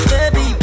Baby